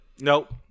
Nope